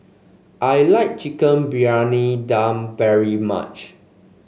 I like Chicken Briyani Dum very much